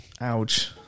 Ouch